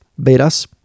betas